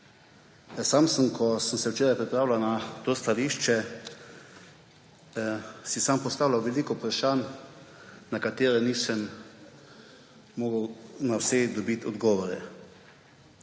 Sam sem si, ko sem se včeraj pripravljal na to stališče, postavljal veliko vprašanj, na katera nisem mogel na vsa dobiti odgovore.